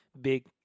big